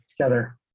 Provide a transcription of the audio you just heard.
together